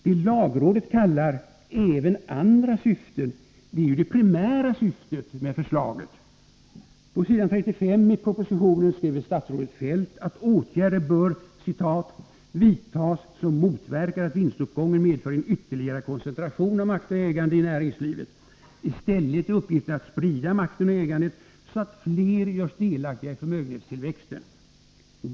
Det lagrådet kallar ”även andra syften” är ju det primära syftet med förslaget! På s. 35 i propositionen skriver statsrådet Feldt att åtgärder bör ”vidtas som motverkar att vinstuppgången medför en ytterligare koncentration av makt och ägande i näringslivet. I stället är uppgiften att sprida makten och ägandet, så att fler görs delaktiga i förmögenhetstillväxten.